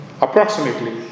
Approximately